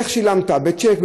איך שילמת, בצ'ק?